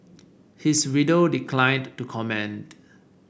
his widow declined to comment